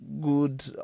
good